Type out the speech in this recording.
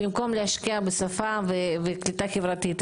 במקום להשקיע בשפה ובקליטה חברתית.